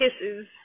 kisses